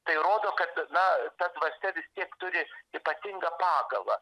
tai rodo kad na dvasia vis tiek turi ypatingą pagavą